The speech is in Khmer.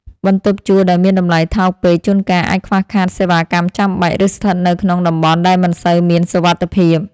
បន្ទប់ជួលដែលមានតម្លៃថោកពេកជួនកាលអាចខ្វះខាតសេវាកម្មចាំបាច់ ឬស្ថិតនៅក្នុងតំបន់ដែលមិនសូវមានសុវត្ថិភាព។